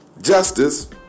justice